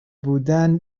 بودن